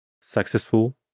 successful